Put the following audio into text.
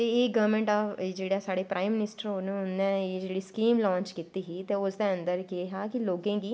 ते ओह् गौरमैंट साढ़े प्राईम मनिस्टर उन्नै एह् जेह्ड़ी स्कीम लांच कीती ही ते उसदै अन्दर केह् हा कि लोकें गी